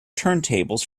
turntables